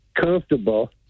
comfortable